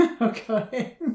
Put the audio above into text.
okay